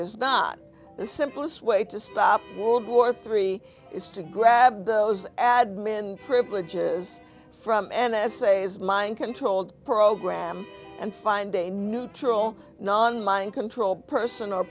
is not the simplest way to stop world war three is to grab those admin privileges from n s a as mind controlled program and find a neutral non mind control person or